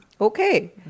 Okay